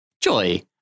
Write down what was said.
Joy